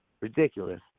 ridiculous